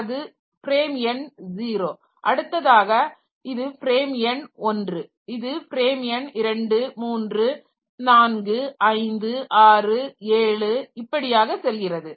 இது ஃப்ரேம் எண் 0 அடுத்ததாக இது ஃப்ரேம் எண் 1 இது ஃப்ரேம் எண் 2 3 4 5 6 7 இப்படியாக செல்கிறது